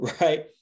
right